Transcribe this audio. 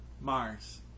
Mars